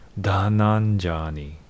Dhananjani